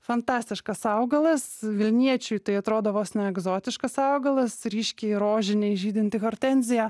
fantastiškas augalas vilniečiui tai atrodo vos ne egzotiškas augalas ryškiai rožiniai žydinti hortenzija